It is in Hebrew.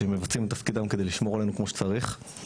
שמבצעים את תפקידם כדי לשמור עלינו כמו שצריך,